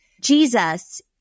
Jesus